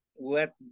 let